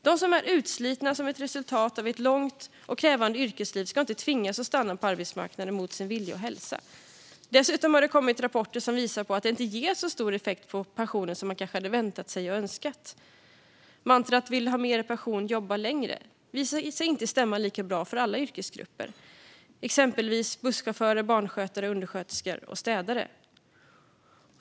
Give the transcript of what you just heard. De som är utslitna som ett resultat av ett långt och krävande yrkesliv ska inte tvingas stanna på arbetsmarknaden mot sin vilja och hälsa. Dessutom har det kommit rapporter som visar att det inte ger så stor effekt på pensionen som man kanske hade väntat sig och önskat. Mantrat "vill du ha mer pension, jobba längre" visar sig inte stämma lika bra för alla yrkesgrupper, exempelvis inte för busschaufförer, barnskötare, undersköterskor och städare.